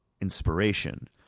inspiration